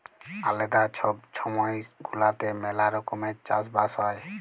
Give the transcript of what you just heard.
আলেদা ছব ছময় গুলাতে ম্যালা রকমের চাষ বাস হ্যয়